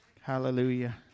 Hallelujah